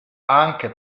anche